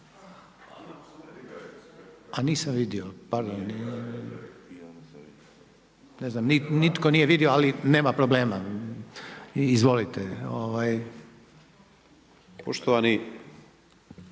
A nisam vidio. Ne znam, nitko nije vidio, ali nema problema. Izvolite. **Grmoja,